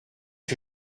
que